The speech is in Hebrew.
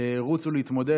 שאמרתי, עכשיו יתחיל המרוץ נגד